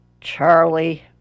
Charlie